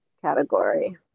category